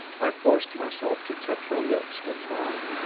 i forced myself to touch her lips with mine.